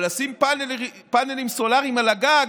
אבל לשים פאנלים סולריים על הגג,